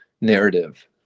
narrative